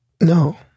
No